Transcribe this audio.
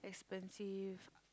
expensive